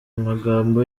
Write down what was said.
magambo